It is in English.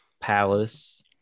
Palace